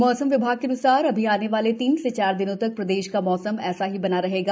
मौसम विभाग के अनुसार अभी आने वाले तीन से चार दिनों तक प्रदेश का मौसम ऐसा ही बना रहेगा